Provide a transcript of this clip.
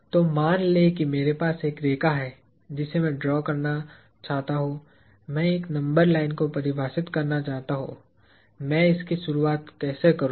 तो मान लें कि मेरे पास एक रेखा है जिसे मैं ड्रा करना चाहता हूं मैं एक नंबर लाइन को परिभाषित करना चाहता हूं मैं इसकी शुरुआत कैसे करूं